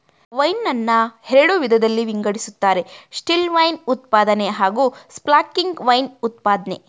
wine ನನ್ನ ಎರಡು ವಿಧದಲ್ಲಿ ವಿಂಗಡಿಸ್ತಾರೆ ಸ್ಟಿಲ್ವೈನ್ ಉತ್ಪಾದನೆ ಹಾಗೂಸ್ಪಾರ್ಕ್ಲಿಂಗ್ ವೈನ್ ಉತ್ಪಾದ್ನೆ